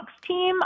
team